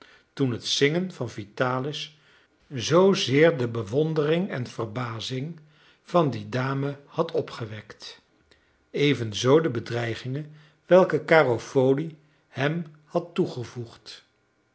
toen het zingen van vitalis zoozeer de bewondering en verbazing van die dame had opgewekt evenzoo de bedreigingen welke garofoli hem had toegevoegd